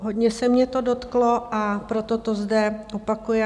Hodně se mě to dotklo, a proto to zde opakuji.